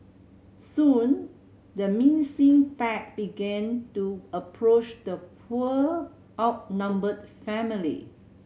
soon the menacing pack began to approach the poor outnumbered family